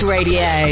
Radio